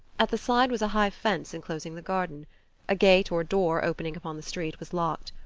at the side was a high fence enclosing the garden. a gate or door opening upon the street was locked.